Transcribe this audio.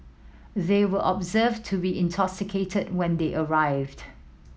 they were observed to be intoxicated when they arrived